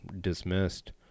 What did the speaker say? dismissed